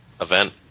event